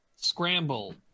Scramble